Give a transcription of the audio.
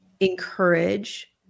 encourage